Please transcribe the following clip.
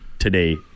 today